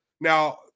Now